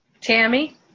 Tammy